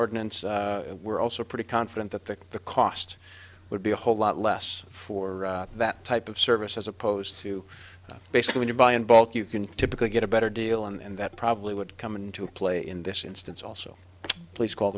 ordinance we're also pretty confident that that the cost would be a whole lot less for that type of service as opposed to basically when you buy in bulk you can typically get a better deal and that probably would come into play in this instance also please call